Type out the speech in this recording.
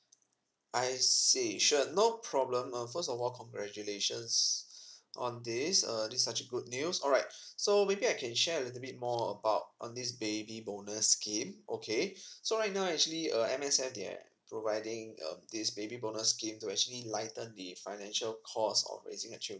I see sure no problem err first of all congratulations on this uh this such good news alright so maybe I can share a little bit more about on this baby bonus scheme okay so right now actually err M_S_F has providing um this baby bonus scheme to actually lighten the financial cost of raising up